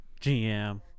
GM